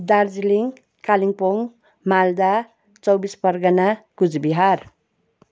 Darjeeling Kalimpong Malda Chaubis Pargana Cooch Behar